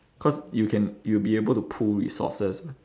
cause you can you'll be able to pool resources